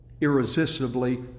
irresistibly